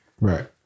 Right